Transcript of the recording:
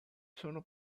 sono